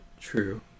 true